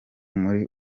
muri